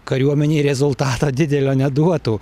kariuomenei rezultato didelio neduotų